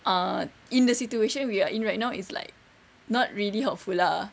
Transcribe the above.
ah in the situation we're in right now is like not really helpful lah